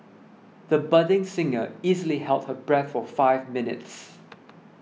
the budding singer easily held her breath for five minutes